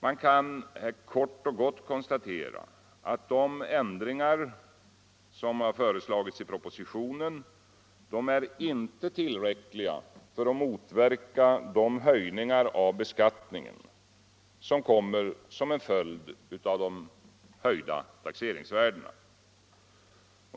Man kan här kort och gott konstatera att de ändringar som har föreslagits i propositionen inte är tillräckliga för att motverka de höjningar av beskattningen som kommer som en följd av de höjda taxeringsvärdena.